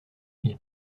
ils